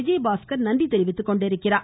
விஜயபாஸ்கர் நன்றி தெரிவித்துக்கொண்டுள்ளார்